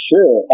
Sure